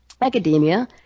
academia